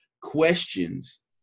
questions